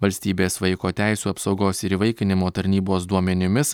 valstybės vaiko teisių apsaugos ir įvaikinimo tarnybos duomenimis